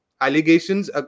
allegations